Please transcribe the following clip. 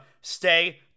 Stay